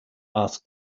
asked